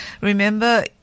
Remember